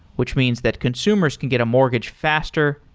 which means that consumers can get a mortgage faster,